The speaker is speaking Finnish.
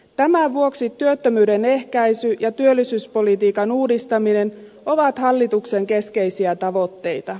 tämän vuoksi työttömyyden ehkäisy ja työllisyyspolitiikan uudistaminen ovat hallituksen keskeisiä tavoitteita